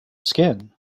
skin